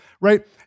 Right